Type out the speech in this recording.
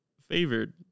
favored